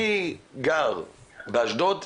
אני גר באשדוד,